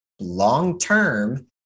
long-term